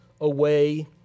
away